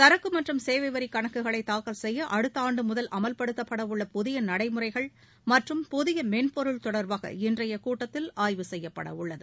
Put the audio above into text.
சரக்கு மற்றும் சேவை வரி கணக்குகளை தாக்கல் செய்ய அடுத்த ஆண்டு முதல் அமல்படுத்தப்படவுள்ள புதிய நடைமுறைகள் மற்றும் புதிய மென்பொருள் தொடர்பாக இன்றைய கூட்டத்தில் ஆய்வு செய்யப்படவுள்ளது